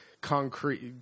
concrete